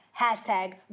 Hashtag